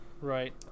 Right